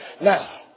Now